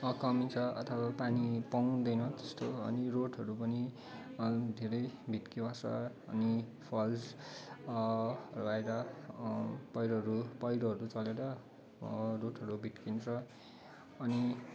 कमी छ अथवा पानी पाउँदैन त्यस्तो अनि रोडहरू पनि धेरै भत्किएको छ अनि फल्सहरू आएर पहिरोहरू पहिरोहरू चलेर रोडहरू भत्किन्छ अनि